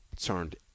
turned